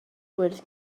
gwyrdd